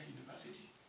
University